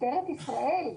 משטרת ישראל,